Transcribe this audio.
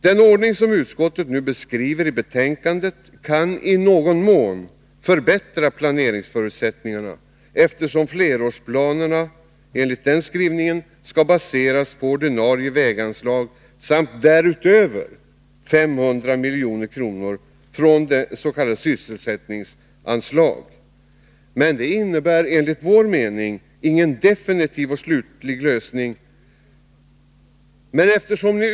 Den ordning som utskottet nu beskriver i betänkandet kan i någon mån förbättra planeringsförutsättningarna, eftersom flerårsplanerna skall baseras på ordinarie väganslag samt därutöver 500 milj.kr. från s.k. sysselsättningsanslag. Men det innebär enligt vår mening ingen definitiv lösning.